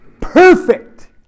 perfect